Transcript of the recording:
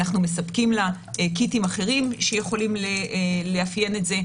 אנחנו מספקים לה קיטים אחרים שיכולים לאפיין את זה.